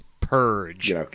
purge